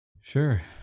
Sure